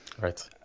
Right